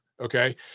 Okay